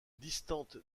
distante